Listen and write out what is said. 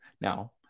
Now